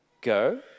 go